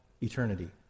eternity